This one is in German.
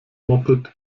moped